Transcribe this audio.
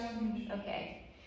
Okay